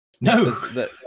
No